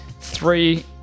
Three